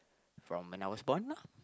from when I was born lor